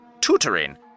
tutoring